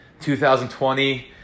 2020